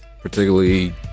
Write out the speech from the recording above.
particularly